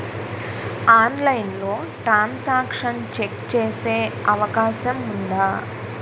ఆన్లైన్లో transaction check చేసే అవకాశం ఉందా?